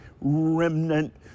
remnant